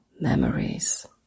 memories